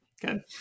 Good